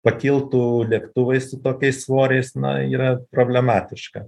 pakiltų lėktuvai su tokiais svoriais na yra problematiška